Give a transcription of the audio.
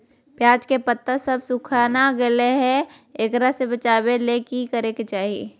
प्याज के पत्ता सब सुखना गेलै हैं, एकरा से बचाबे ले की करेके चाही?